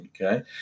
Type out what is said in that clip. Okay